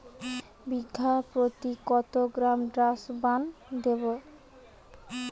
বিঘাপ্রতি কত gram Dursban দেবো?